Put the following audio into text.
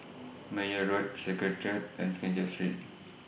Meyer Road Secretariat and Keng Cheow Street